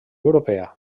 europea